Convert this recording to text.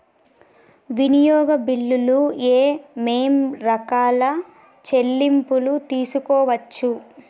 వినియోగ బిల్లులు ఏమేం రకాల చెల్లింపులు తీసుకోవచ్చు?